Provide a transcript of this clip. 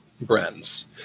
brands